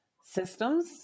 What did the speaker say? systems